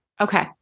Okay